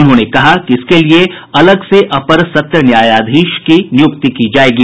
उन्होंने कहा कि इसके लिए अलग से अपर सत्र न्यायाधीश की नियुक्ति की जाएगी